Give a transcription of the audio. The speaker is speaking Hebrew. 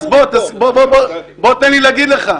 אז בוא תשמע, בוא תן לי להגיד לך.